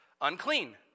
unclean